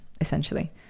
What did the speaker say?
essentially